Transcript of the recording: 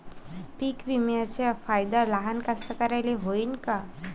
पीक विम्याचा फायदा लहान कास्तकाराइले होईन का?